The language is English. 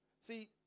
See